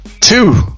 two